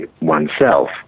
oneself